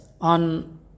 on